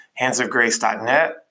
handsofgrace.net